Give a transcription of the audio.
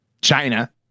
China